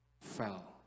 fell